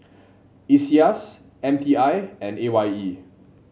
Iseas M T I and A Y E